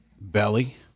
Belly